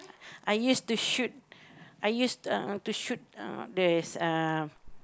I used to shoot I used uh to shoot uh there's uh